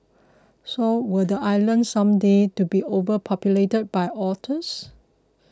so will the island someday to be overpopulated by otters